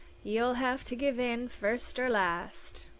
you'll have to give in, first or last.